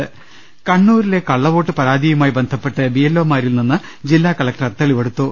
്്്്്് കണ്ണൂരിലെ കള്ളവോട്ട് പരാതിയുമായി ബന്ധപ്പെട്ട് ബി എൽ ഒ മാരിൽ നിന്ന് ജില്ലാ കലക്ടർ തെളിവെടുത്തു